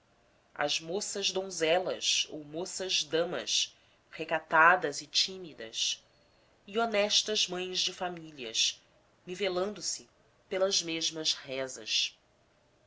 as moças donzelas ou moças damas recatadas e tímidas e honestas mães de famílias nivelando se pelas mesmas rezas